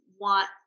want